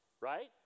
right